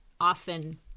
often